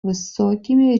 высокими